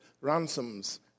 ransoms